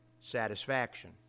satisfaction